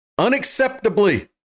unacceptably